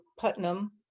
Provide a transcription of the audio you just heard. Putnam